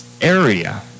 area